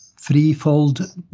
threefold